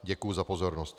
Děkuji za pozornost.